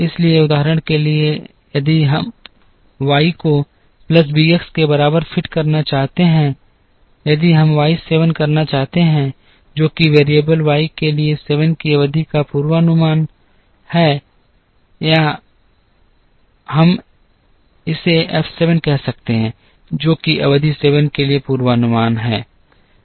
इसलिए उदाहरण के लिए यदि हम y को pus bx के बराबर फिट करना चाहते हैं यदि हम y 7 करना चाहते हैं जो कि वेरिएबल y के लिए 7 की अवधि का पूर्वानुमान है या हम इसे F 7 कह सकते हैं जो कि अवधि 7 के लिए पूर्वानुमान है